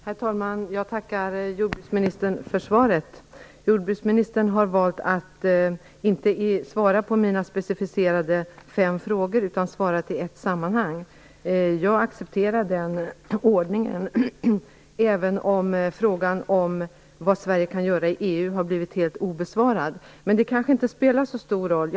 Herr talman! Jag tackar jordbruksministern för svaret. Jordbruksministern har valt att inte svara på mina fem specificerade frågor var för sig, utan har svarat i ett sammanhang. Jag accepterar den ordningen, även om frågan om vad Sverige kan göra i EU har blivit helt obesvarad. Men det kanske inte spelar så stor roll.